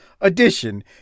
edition